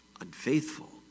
unfaithful